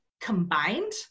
combined